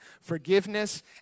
forgiveness